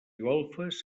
golfes